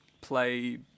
play